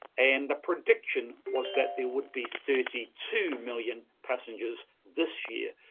and the prediction was that there would be thirty two million passengers this year,